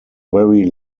very